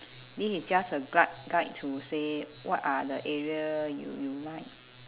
this is just a guide guide to say what are the area you you might